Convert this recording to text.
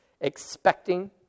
expecting